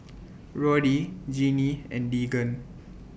Roddy Genie and Deegan